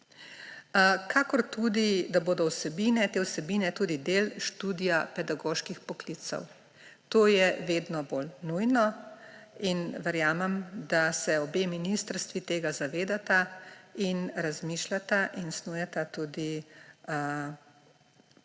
kakor tudi, da bodo te vsebine tudi del študija pedagoških poklicev. To je vedno bolj nujno in verjamem, da se obe ministrstvi tega zavedata in razmišljata in snujeta tudi